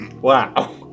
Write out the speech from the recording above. Wow